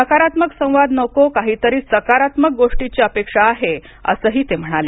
नकारात्मक संवाद नको काही तरी सकारात्मक गोष्टीची अपेक्षा आहे असं ते म्हणाले